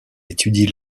étudie